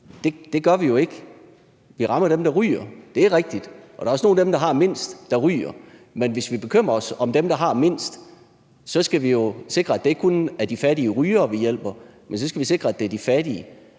det gør vi jo ikke. Vi rammer dem, der ryger. Det er rigtigt, og der er også nogle af dem, der har mindst, der ryger, men hvis vi bekymrer os om dem, der har mindst, så skal vi jo sikre, at det ikke kun er de fattige rygere, vi hjælper, men vi skal sikre, at det er de fattige,